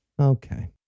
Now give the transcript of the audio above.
Okay